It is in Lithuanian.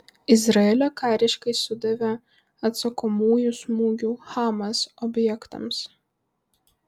izraelio kariškiai sudavė atsakomųjų smūgių hamas objektams